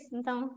Então